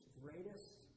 greatest